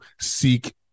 seek